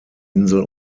insel